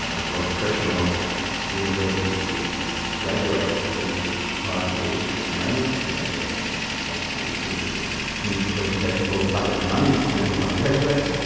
ah a lot of pressure on the universities to graduate people with high degrees at the moment. they get what the previous minister for education called a bucket of money when everyone graduates,